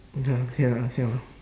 okay ah okay lah okay lah